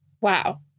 Wow